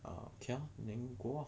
ah can lah then go lah